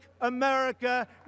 America